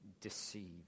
deceive